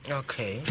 okay